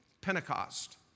Pentecost